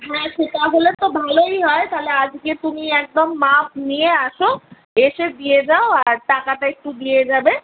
হ্যাঁ সেটা হলে তো ভালোই হয় তাহলে আজকে তুমি একদম মাপ নিয়ে আসো এসে দিয়ে যাও আর টাকাটা একটু দিয়ে যাবে